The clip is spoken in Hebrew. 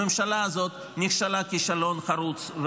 הממשלה הזאת נכשלה כישלון חרוץ,